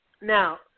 Now